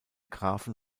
grafen